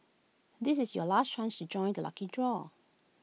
this is your last chance to join the lucky draw